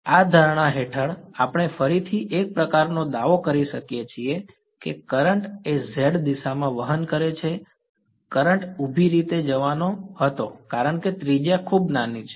આ ધારણા હેઠળ આપણે ફરીથી એક પ્રકારનો દાવો કરી શકીએ છીએ કે કરંટ એ z દિશામાં વહન કરે છે કરંટ ઊભી રીતે ઉપર જવાનો હતો કારણ કે ત્રિજ્યા ખૂબ નાની છે